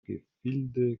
gefilde